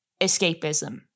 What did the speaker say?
escapism